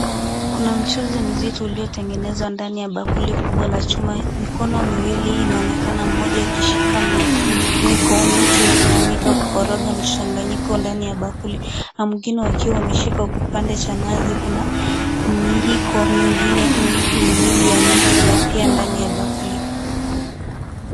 Kuna mchuzi mzito uliotengenezwa ndani ya bakuli kubwa la chuma. Mikono miwili inaonekana mmoja ukishika mwiko miche, ukitumika kukikoroga mchanganyiko ndani ya bakuli. Na mwingine ukiwa umeshika kipande cha nazi. Kuna miiko mingine miwili ya miche ya pia ndani ya bakuli.